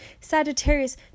Sagittarius